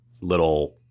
little